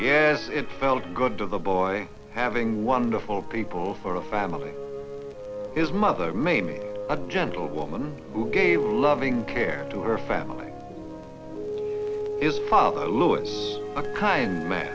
yes it felt good to the boy having wonderful people for a family his mother maybe a gentle woman who gave a loving care to her family is father louis a kind man